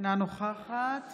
אינה נוכחת